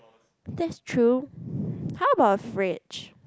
that's true how about fridge